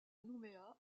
nouméa